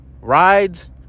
Rides